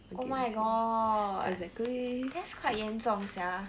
oh my god that's quite 严重 sia